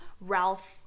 Ralph